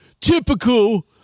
Typical